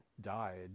died